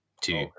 two